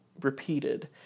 repeated